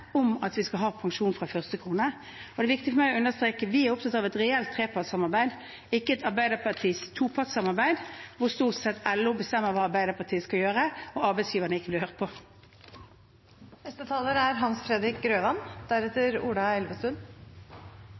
om at vi skal ha pensjon fra første krone. Det er viktig for meg å understreke at vi er opptatt av et reelt trepartssamarbeid, ikke et Arbeiderparti-topartssamarbeid hvor LO stort sett bestemmer hva Arbeiderpartiet skal gjøre, og arbeidsgiverne ikke blir hørt